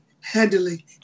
handily